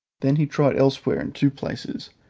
then he tried elsewhere in two places,